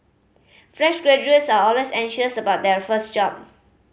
fresh graduates are always anxious about their first job